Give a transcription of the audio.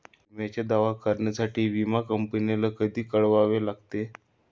विम्याचा दावा करण्यासाठी विमा कंपनीला कधी कळवावे लागते?